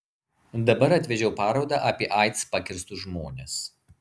dabar atvežiau parodą apie aids pakirstus žmones